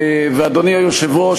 אדוני היושב-ראש,